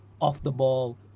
off-the-ball